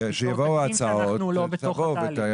חוששים שאנחנו לא בתוך התהליך.